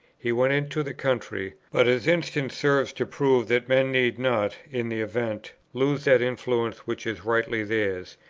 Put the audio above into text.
he went into the country, but his instance serves to prove that men need not, in the event, lose that influence which is rightly theirs,